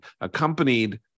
accompanied